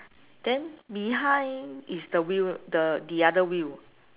then behind is the wheel the the other wheel